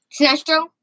Sinestro